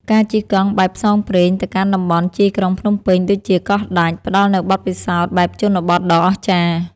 ការជិះកង់បែបផ្សងព្រេងទៅកាន់តំបន់ជាយក្រុងភ្នំពេញ ដូចជាកោះដាច់ ផ្ដល់នូវបទពិសោធន៍បែបជនបទដ៏អស្ចារ្យ។